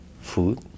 food